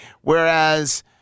Whereas